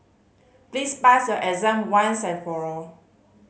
please pass your exam once and for all